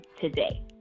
today